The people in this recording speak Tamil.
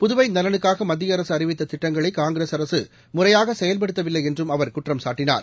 புதுவைநலனுக்னகமத்தியஅரசுஅறிவித்ததிட்டங்களைகாங்கிரஸ் அரசுமுறையாகசெயல்படுத்தவில்லைஎன்றும் அவர் குற்றம் சாட்டினார்